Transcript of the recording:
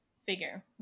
figure